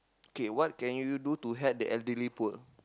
okay what can you do to help the elderly poor